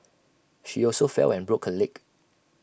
she also fell and broke her leg